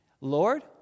Lord